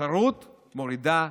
שתחרות מורידה מחירים.